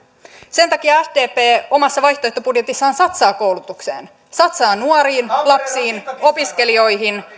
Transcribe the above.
sen takia sdp omassa vaihtoehtobudjetissaan satsaa koulutukseen satsaa nuoriin lapsiin opiskelijoihin